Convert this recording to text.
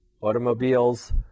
automobiles